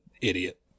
idiot